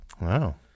Wow